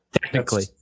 Technically